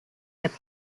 hip